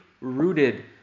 rooted